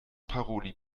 paroli